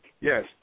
Yes